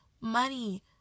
money